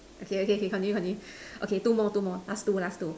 okay okay okay continue continue okay two more two more last two last two